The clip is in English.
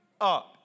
up